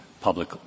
Public